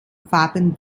wappen